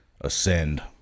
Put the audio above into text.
ascend